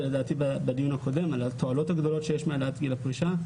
בדיון הקודם דיברתי על התועלות הגדולות שיש מהעלאת גיל הפרישה,